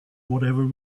whatever